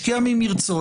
השקיע ממרצו,